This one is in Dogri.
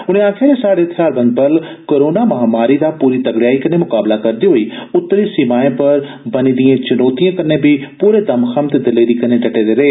उनें आक्खेया जे स्हाड़े थेयारबद बल कोरोना मारी दा पूरी तगड़ेयाई कन्नै मुकाबला करदे होई उतरी सीमाएं पर बनी दियें चुनौतियें कन्नै बी पूरे दमखम ते दलेरी कन्नै डटे दे रेह